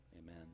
Amen